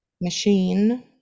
machine